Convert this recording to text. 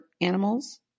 animals